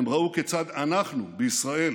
הן ראו כיצד אנחנו בישראל